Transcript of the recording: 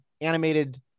animated